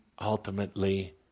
ultimately